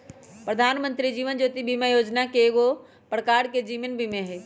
प्रधानमंत्री जीवन ज्योति बीमा जोजना एगो प्रकार के जीवन बीमें हइ